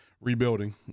rebuilding